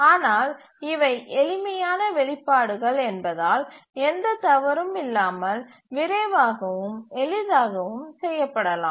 ஆனால் இவை எளிமையான வெளிப்பாடுகள் என்பதால் எந்த தவறும் இல்லாமல் விரைவாகவும் எளிதாகவும் செய்யப்படலாம்